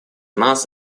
нас